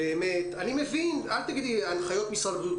אל תגידי לי הנחיות משרד הבריאות,